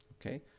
Okay